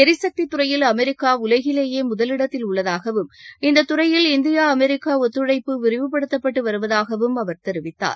எரிசக்தி துறையில் அமெரிக்கா உலகிலேயே முதல் இடத்தில் உள்ளதாகவும் இந்த துறையில் இந்திய அமெரிக்க ஒத்துழைப்பு விரிவுப்படுத்தப்பட்டு வருவதாகவும் அவர் தெரிவித்தார்